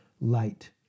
light